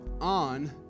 on